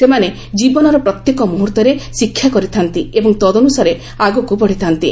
ସେମାନେ ଜୀବନର ପ୍ରତ୍ୟେକ ମୁହର୍ତ୍ତରେ ଶିକ୍ଷା କରିଥା'ନ୍ତି ଏବଂ ତଦନୁସାରେ ଆଗକୁ ବଢ଼ିଥା'ନ୍ତି